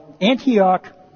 Antioch